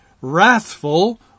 wrathful